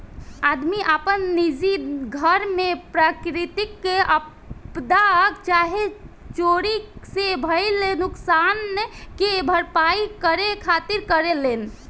आदमी आपन निजी घर के प्राकृतिक आपदा चाहे चोरी से भईल नुकसान के भरपाया करे खातिर करेलेन